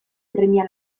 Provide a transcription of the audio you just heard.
premia